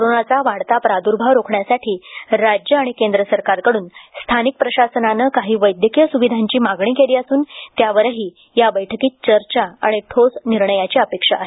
कोरोनाचा वाढता प्रादुर्भाव रोखण्यासाठी राज्य आणि केंद्र सरकारकड्रन स्थानिक प्रशासनानं काही वैद्यकीय सुविधांची मागणी केली असून त्यावरही या बैठकीत चर्चा आणि ठोस निर्णयाची अपेक्षा आहे